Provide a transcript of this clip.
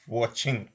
watching